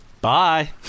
bye